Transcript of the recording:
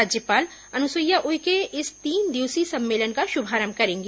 राज्यपाल अनुसुईया उइके इस तीन दिवसीय सम्मेलन का शुभारंभ करेंगी